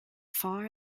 far